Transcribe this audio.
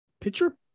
pitcher